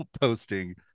posting